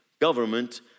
government